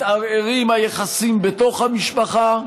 מתערערים היחסים בתוך המשפחה,